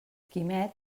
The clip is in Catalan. quimet